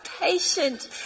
patient